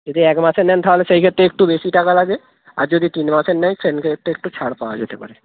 যদি এক মাসের নেন তাহলে সেই ক্ষেত্রে একটু বেশি টাকা লাগে আর যদি তিন মাসের নেয় সেই ক্ষেত্রে একটু ছাড় পাওয়া যেতে পারে